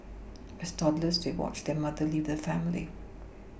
as toddlers they watched their mother leave the family